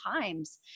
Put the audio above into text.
times